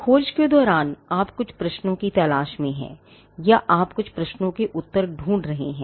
खोज के दौरान आप कुछ प्रश्नों की तलाश में हैं या आप कुछ प्रश्नों के उत्तर ढूंढ रहे हैं